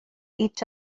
each